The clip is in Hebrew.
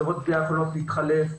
חברות גבייה יכולות להתחלף,